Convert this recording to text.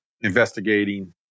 investigating